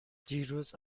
دیروز